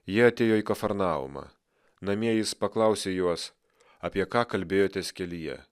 jie atėjo į kafarnaumą namie jis paklausė juos apie ką kalbėjotės kelyje